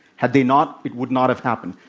had they not, it would not have happened.